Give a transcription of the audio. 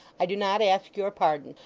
i do not ask your pardon,